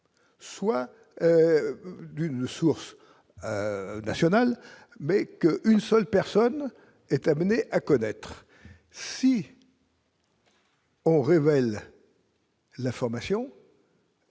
soit d'une source nationale, mais qu'une seule personne ait à en connaître. Si on révèle l'information,